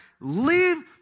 leave